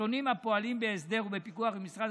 משפחתונים הפועלים בהסדר ובפיקוח עם משרד